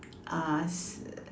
uh s~